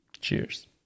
Cheers